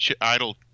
idle –